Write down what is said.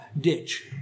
ditch